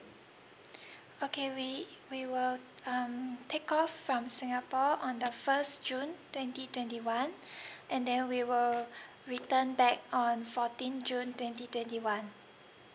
okay we we were um take off from singapore on the first june twenty twenty one and then we were we turn back on fourteen june twenty twenty one